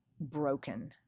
broken